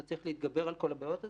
אתה צריך להתגבר על כל הבעיות האלה,